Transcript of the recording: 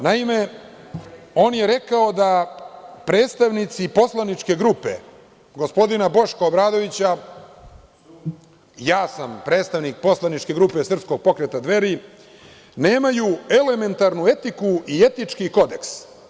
Naime, on je rekao da predstavnici poslaničke grupe, gospodina Boška Obradovića, ja sam predstavnik poslaničke grupe Srpskog pokreta Dveri, nemaju elementarnu etiku i etički kodeks.